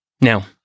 Now